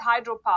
hydropower